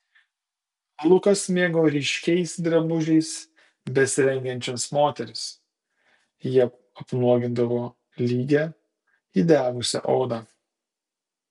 lukas mėgo ryškiais drabužiais besirengiančias moteris jie apnuogindavo lygią įdegusią odą